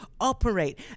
operate